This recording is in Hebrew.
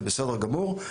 זה בסדר גמור,